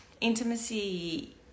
intimacy